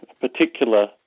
particular